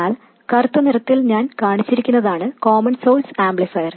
എന്നാൽ കറുത്ത നിറത്തിൽ ഞാൻ കാണിച്ചിരിക്കുന്നതാണ് കോമൺ സോഴ്സ് ആംപ്ലിഫയർ